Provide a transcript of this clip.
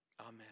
Amen